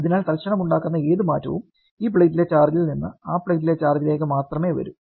അതിനാൽ തൽക്ഷണമുണ്ടാകുന്ന ഏത് മാറ്റവും ഈ പ്ലേറ്റിലെ ചാർജിൽ നിന്ന് ആ പ്ലേറ്റിലെ ചാർജിലേക്ക് മാത്രമേ വരൂ